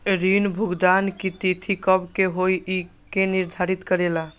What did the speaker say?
ऋण भुगतान की तिथि कव के होई इ के निर्धारित करेला?